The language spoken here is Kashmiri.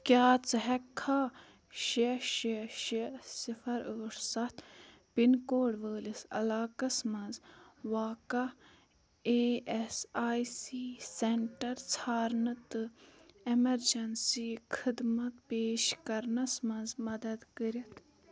کیٛاہ ژٕ ہیٚکٕکھا شےٚ شےٚ شےٚ صِفَر ٲٹھ ستھ پِن کوڈ وٲلِس علاقس مَنٛز واقع E S I C centre ژھارنہٕ تہٕ ایٚمرجنسی خٔدمت پیش کرنس مَنٛز مدد کٔرِتھ